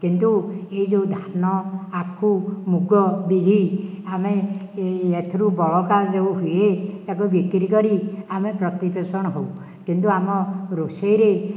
କିନ୍ତୁ ଏ ଯେଉଁ ଧାନ ଆଖୁ ମୁଗ ବିରି ଆମେ ଏଥିରୁ ବଳକା ଯେଉଁ ହୁଏ ତାକୁ ବିକ୍ରି କରି ଆମେ ପ୍ରତିପୋଷଣ ହେଉ କିନ୍ତୁ ଆମ ରୋଷେଇରେ